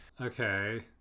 Okay